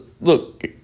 look